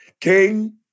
King